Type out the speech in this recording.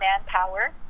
Manpower